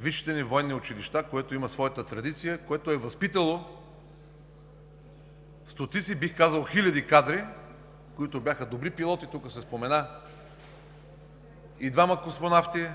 висшите ни военни училища, което има своята традиция, което е възпитало стотици, бих казал, хиляди кадри, които бяха добри пилоти – тук ще спомена и двамата космонавти,